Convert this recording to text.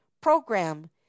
program